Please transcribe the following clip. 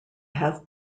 have